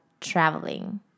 traveling